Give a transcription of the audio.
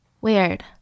Weird